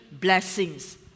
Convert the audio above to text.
blessings